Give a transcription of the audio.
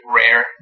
rare